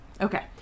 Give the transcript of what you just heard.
Okay